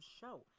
show